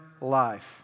life